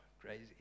crazy